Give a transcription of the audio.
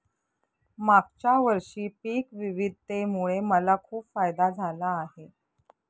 मागच्या वर्षी पिक विविधतेमुळे मला खूप फायदा झाला आहे